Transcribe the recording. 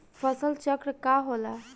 फसल चक्र का होला?